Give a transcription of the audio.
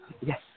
Yes